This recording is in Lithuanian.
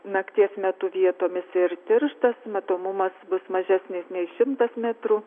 nakties metu vietomis ir tirštas matomumas bus mažesnis nei šimtas metrų